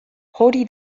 hori